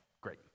great